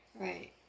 right